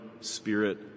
spirit